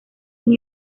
sin